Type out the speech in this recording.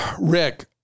Rick